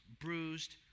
bruised